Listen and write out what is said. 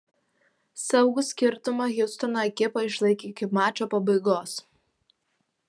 saugų skirtumą hjustono ekipa išlaikė iki mačo pabaigos